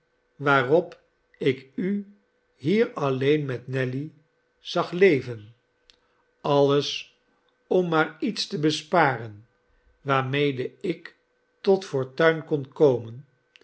waarop ik u hier alleen met nelly zag leven alles om maar iets te besparen waarmede ik tot fortuin kon komen